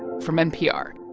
from npr